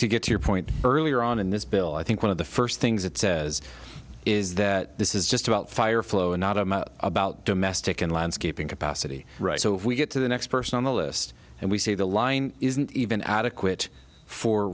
get your point earlier on in this bill i think one of the first things it says is that this is just about fire flow and not i'm about domestic in landscaping capacity right so if we get to the next person on the list and we see the line isn't even adequate for